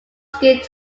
sikh